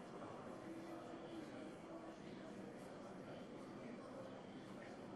וצרפת רוצה להמשיך להיות מחויבת ומגויסת.